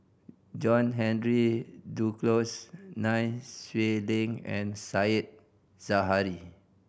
John Henry Duclos Nai Swee Leng and Said Zahari